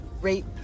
rape